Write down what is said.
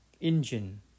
engine